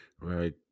right